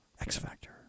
X-Factor